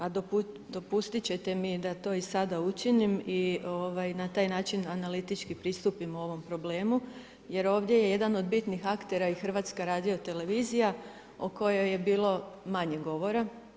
A dopustiti ćete mi da to i sada učinim i na taj način analitički pristupom ovom problemu, jer ovdje je jedna od bitnih aktera i HRT o kojoj je bilo manje govora.